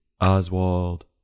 Oswald